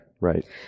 Right